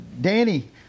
danny